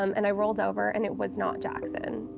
um and i rolled over, and it was not jackson,